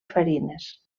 farines